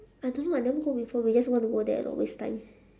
I don't know I never go before we just wanna go there lor waste time